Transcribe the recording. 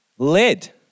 Led